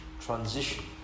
transition